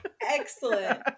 Excellent